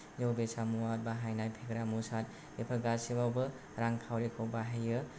जौ बेसाद मुवा बाहायनाय फेग्रा मुवा बेफोर गासैआवबो रांखावरिखौ बाहायो